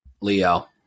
Leo